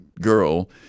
girl